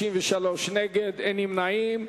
53 נגד, אין נמנעים.